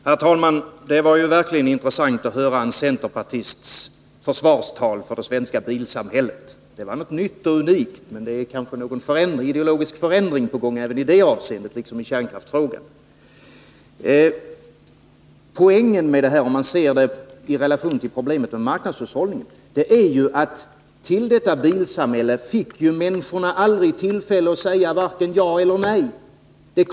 Herr talman! Det var verkligen intressant att höra en centerpartists försvarstal för det svenska bilsamhället. Det var något nytt och unikt. Kanske är en ideologisk förändring på gång även i det avseendet, liksom i kärnkraftsfrågan. Men poängen med exemplet, i relation till problemen med marknadshushållningen, är att människorna aldrig fick tillfälle att säga ja eller nej till bilsamhället.